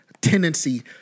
tendency